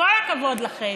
כל הכבוד לכם,